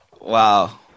Wow